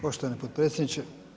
Poštovani potpredsjedniče.